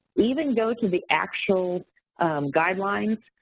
even go to the actual guidelines,